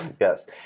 Yes